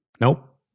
nope